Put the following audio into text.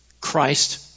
Christ